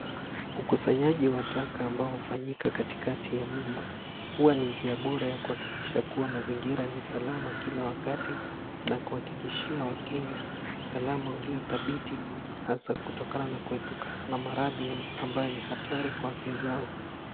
Ukusanyaji wa taka ambao hufanyika katikati ya mji. Huwa ni njia bora ta kuhakikisha kuwa mazingira ni salama kila wakati na kuhakikishia wakenya usalama ulio dhabiti hasa kutokana na kuepukana na maradhi ambayo ni hatari kwa afya zao.